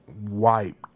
wiped